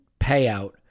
payout